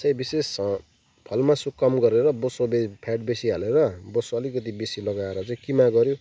चाहिँ विशेष फलमासु कम गरेर बोसो बे फ्याट बेसी हालेर बोसो अलिकति बेसी लगाएर चाहिँ किमा गर्यो